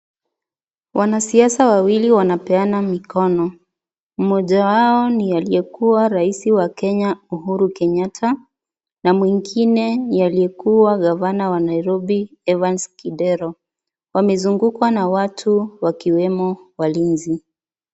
Wanasiasa wawili wanapeana mikono. Mmoja wao ni aliyekua raisi wa Kenya Uhuru Kenyatta, na muingine ni aliyekua gavana wa Nairobi Evans Kidero. Wamezungukwa na watu, wakiwemo walinzi.